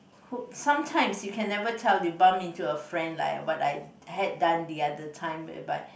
sometimes you can never tell you bump into a friend like what I had done the other time whereby